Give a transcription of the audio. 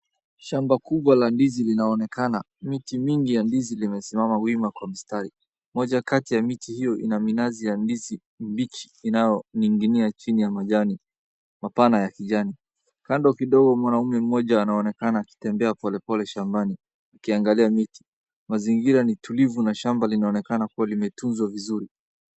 Shamba kubwa la ndizi linaonekana. Miti mingi ya ndizi imesimama wima kwa mistari. Moja kati ya miti hiyo ina minazi ya ndizi mbichi inayoning’inia chini ya majani mapana ya kijani. Kando kidogo, mwanamume mmoja anaonekana akitembea polepole shambani, akiangalia miti. Mazingira ni tulivu na shamba linaonekana kuwa limetunzwa vizuri.